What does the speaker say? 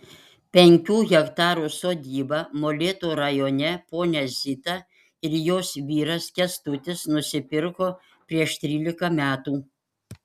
penkių hektarų sodybą molėtų rajone ponia zita ir jos vyras kęstutis nusipirko prieš trylika metų